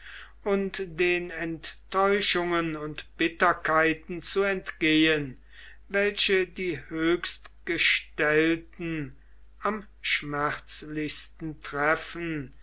und den enttäuschungen und bitterkeiten zu entgehen welche die höchstgestellten am schmerzlichsten treffen